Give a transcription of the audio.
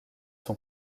son